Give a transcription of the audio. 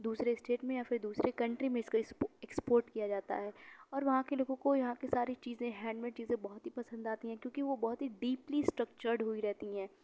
دوسرے اسٹیٹ میں یا پھر دوسرے کنٹری میں اس کو اسپورٹ ایکسپورٹ کیا جاتا ہے اور وہاں کے لوگوں کو یہاں کی ساری چیزیں ہینڈ میڈ چیزیں بہت ہی پسند آتی ہیں کیونکہ وہ بہت ہی ڈیپلی اسٹکچرڈ ہوئی رہتی ہیں